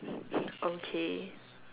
okay